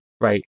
right